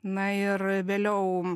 na ir vėliau